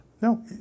No